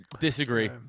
Disagree